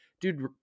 dude